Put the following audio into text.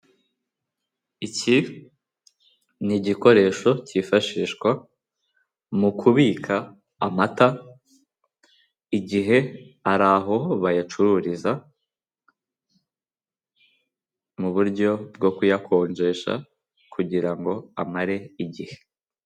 Iki ni igikoresho cyifashishwa mu kubika amata igihe ari aho bayacururiza mu buryo bwo kuyakonjesha kugira ngo amare igihe.